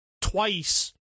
twice